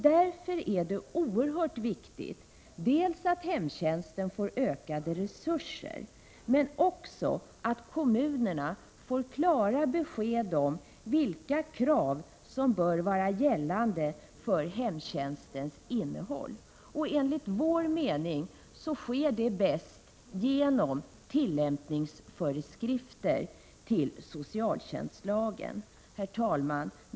Därför är det oerhört viktigt dels att hemtjänsten får ökade resurser, men dels också att kommunerna får klara besked om vilka krav som bör vara gällande för hemtjänstens innehåll. Enligt vår mening sker detta bäst genom tillämpningsföreskrifter till socialtjänstlagen. Herr talman!